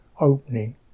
opening